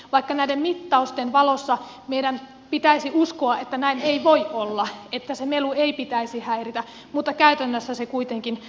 vaikka näiden mittausten valossa meidän pitäisi uskoa että näin ei voi olla että sen melun ei pitäisi häiritä niin käytännössä se kuitenkin häiritsee